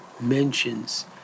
mentions